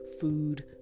food